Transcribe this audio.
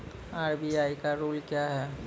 RBI का rule क्या हैं?